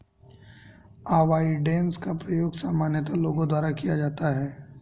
avoidance का प्रयोग सामान्यतः लोगों द्वारा किया जाता है